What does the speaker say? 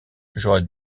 j’aurais